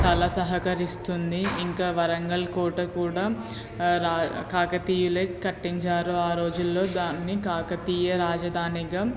చాలా సహకరిస్తుంది ఇంకా వరంగల్ కోట కూడా రా కాకతీయులే కట్టించారు ఆ రోజుల్లో దాన్ని కాకతీయ రాజధానిగా